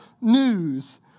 news